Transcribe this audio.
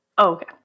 Okay